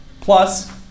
plus